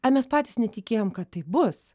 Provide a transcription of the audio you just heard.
ai mes patys netikėjom kad taip bus